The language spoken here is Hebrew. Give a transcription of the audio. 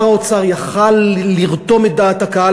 ושר האוצר היה יכול לרתום את דעת הקהל